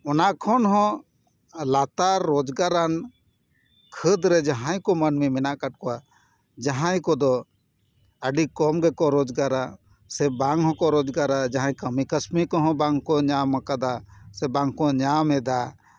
ᱚᱱᱟ ᱠᱷᱚᱱ ᱦᱚᱸ ᱞᱟᱛᱟᱨ ᱨᱚᱡᱽᱜᱟᱨ ᱟᱱ ᱠᱷᱟᱹᱫᱽ ᱨᱮ ᱡᱟᱦᱟᱸᱭ ᱠᱚ ᱢᱟᱹᱱᱢᱤ ᱢᱮᱱᱟᱜ ᱟᱠᱟᱫ ᱠᱚᱣᱟ ᱡᱟᱦᱟᱸᱭ ᱠᱚᱫᱚ ᱟᱹᱰᱤ ᱠᱚᱢ ᱜᱮᱠᱚ ᱨᱚᱡᱽᱜᱟᱨᱟ ᱥᱮ ᱵᱟᱝ ᱦᱚᱸ ᱠᱚ ᱨᱚᱡᱽᱜᱟᱨᱟ ᱡᱟᱦᱟᱸᱭ ᱠᱟᱹᱢᱤ ᱠᱟᱥᱱᱤ ᱠᱚᱦᱚᱸ ᱵᱟᱝ ᱠᱚ ᱧᱟᱢ ᱟᱠᱟᱫᱟ ᱥᱮ ᱵᱟᱝ ᱠᱚ ᱧᱟᱢ ᱮᱫᱟ ᱦᱮᱸ